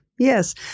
Yes